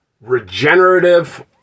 regenerative